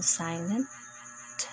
silent